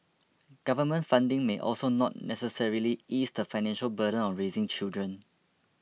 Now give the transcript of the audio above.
government funding may also not necessarily ease the financial burden of raising children